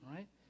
Right